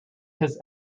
his